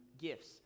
gifts